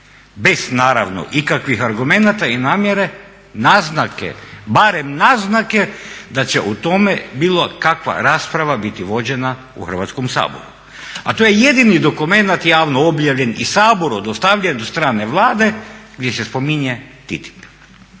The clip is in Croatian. bez naravno ikakvih argumenata i namjere, naznake barem naznake da će o tome bilo kakva rasprava biti vođena u Hrvatskom saboru, a to je jedini dokumenat javno objavljen i Saboru dostavljen od strane Vlade gdje se spominje TTIP.